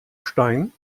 stein